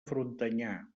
frontanyà